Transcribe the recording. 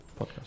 podcast